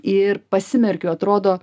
ir pasimerkiu atrodo